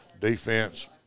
defense